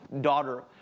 daughter